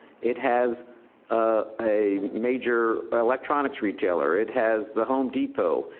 it has ah a major electronics retailer, it has the home depot,